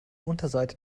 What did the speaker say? unterseite